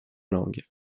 langues